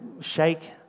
shake